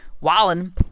Wallen